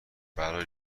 برای